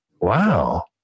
wow